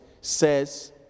says